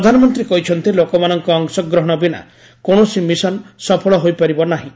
ପ୍ରଧାନମନ୍ତ୍ରୀ କହିଛନ୍ତି ଲୋକମାନଙ୍କ ଅଂଶଗ୍ରହଣ ବିନା କୌଣସି ମିଶନ ସଫଳ ହୋଇପାରିବ ନାହିଁ